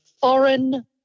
foreign